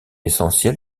essentiels